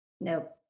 Nope